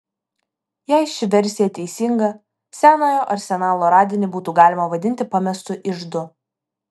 jei ši versija teisinga senojo arsenalo radinį būtų galima vadinti pamestu iždu